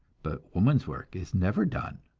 but woman's work is never done.